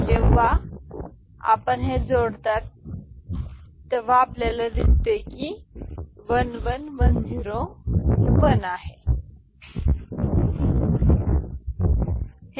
जेव्हा आपण हे जोडता तेव्हा आपण हे जोडता मग जे आपल्याला हे दिसते 1 ते 1 1 1 0 आहे 1 आहे